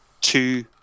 two